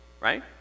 Right